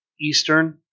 Eastern